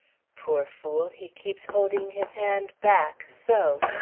poor fool, he keeps holding his hand back, so.